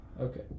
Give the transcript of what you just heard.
Okay